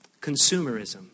consumerism